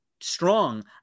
strong